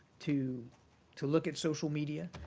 to to look at social media